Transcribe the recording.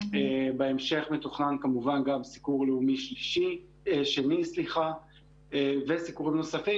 בהמשך מתוכנן כמובן גם סיקור לאומי שני וסיקורים נוספים,